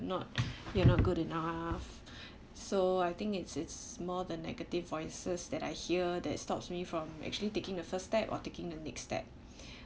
not you are not good enough so I think it's it's more than negative voices that I hear that stops me from actually taking the first step or taking the next step